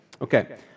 Okay